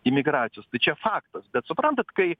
imigracijos tai čia faktas bet suprantat kai